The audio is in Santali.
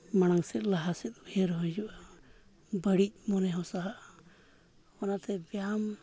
ᱢᱟᱲᱟᱝᱥᱮᱫ ᱞᱟᱦᱟᱥᱮᱫ ᱩᱭᱦᱟᱹᱨ ᱦᱩᱭᱩᱜᱼᱟ ᱵᱟ ᱲᱤᱡ ᱢᱚᱱᱮ ᱦᱚᱸ ᱥᱟᱦᱟᱜᱼᱟ ᱚᱱᱟᱛᱮ ᱵᱮᱭᱟᱢ